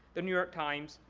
the new york times,